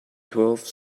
twelve